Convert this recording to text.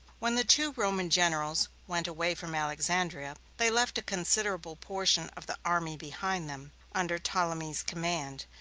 when the two roman generals went away from alexandria, they left a considerable portion of the army behind them, under ptolemy's command,